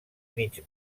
mig